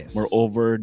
Moreover